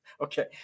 Okay